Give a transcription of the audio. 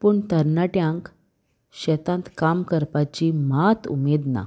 पूण तरणाट्यांक शेतांत काम करपाची मात उमेद ना